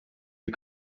you